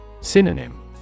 Synonym